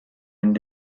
and